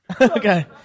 Okay